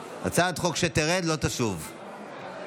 סדר-היום, הצעת חוק העונשין (תיקון,